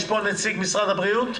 יש פה נציג של משרד הבריאות?